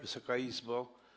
Wysoka Izbo!